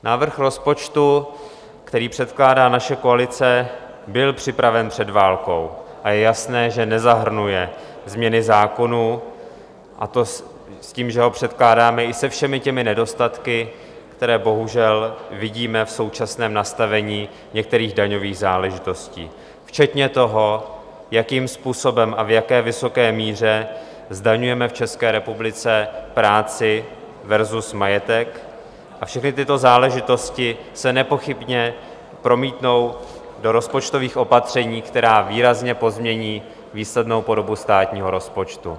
Návrh rozpočtu, který předkládá naše koalice, byl připraven před válkou a je jasné, že nezahrnuje změny zákonů, a to s tím, že ho předkládáme i se všemi těmi nedostatky, které bohužel vidíme v současném nastavení některých daňových záležitostí, včetně toho, jakým způsobem a v jak vysoké míře zdaňujeme v České republice práci versus majetek, a všechny tyto záležitosti se nepochybně promítnou do rozpočtových opatření, která výrazně pozmění výslednou podobu státního rozpočtu.